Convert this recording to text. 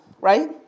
right